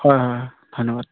হয় হয় হয় ধন্যবাদ